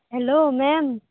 hello ma'am